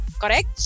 Correct